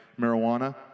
marijuana